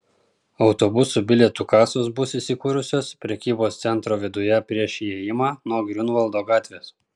autobusų bilietų kasos bus įsikūrusios prekybos centro viduje prieš įėjimą nuo griunvaldo gatvės